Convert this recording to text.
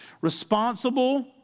Responsible